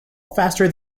faster